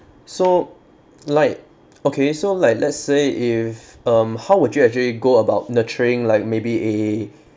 so like okay so like let's say if um how would you actually go about nurturing like maybe a